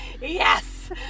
yes